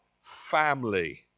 family